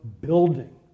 building